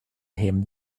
him